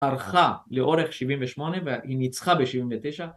‫ארכה לאורך 78' והיא ניצחה ב-79'.